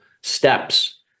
steps